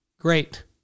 Great